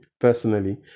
personally